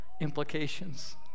implications